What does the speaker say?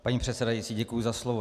Paní předsedající, děkuji za slovo.